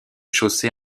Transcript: chaussée